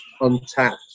untapped